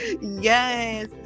yes